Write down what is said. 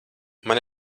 man